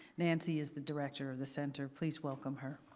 nancy is the director of the center. please welcome her.